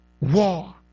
war